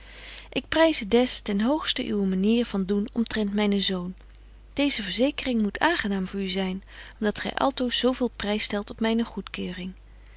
ik pryze des ten hoogsten uwe manier van doen omtrent mynen zoon deeze verzekering moet aangenaam voor u zyn om dat gy altoos zo veel prys stelt op myne goedkeuring